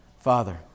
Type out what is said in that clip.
Father